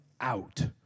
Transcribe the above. out